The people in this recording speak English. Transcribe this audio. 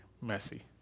messy